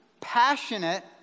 Passionate